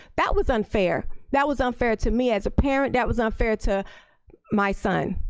that was unfair. that was unfair to me as a parent, that was unfair to my son.